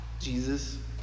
Jesus